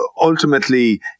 Ultimately